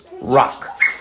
rock